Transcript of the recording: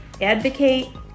advocate